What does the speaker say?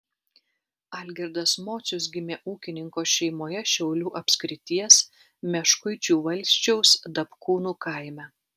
algirdas mocius gimė ūkininko šeimoje šiaulių apskrities meškuičių valsčiaus dapkūnų kaime